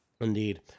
indeed